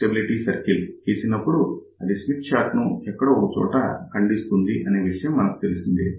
stability circle గీసినప్పుడు అది Smith chart ను ఎక్కడో ఒక చోట ఖండిస్తుంది అనే విషయం మనకు తెలిసినదే